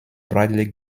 bradley